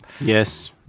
Yes